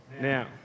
now